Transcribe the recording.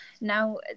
now